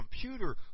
computer